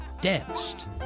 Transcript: danced